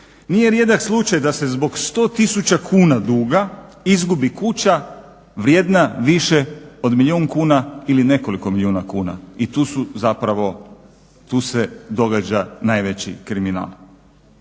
Nije rijedak slučaj da se zbog 100000 kuna duga izgubi kuća vrijedna više od milijun kuna ili nekoliko milijuna kuna i tu su zapravo, tu se događa najveći kriminal.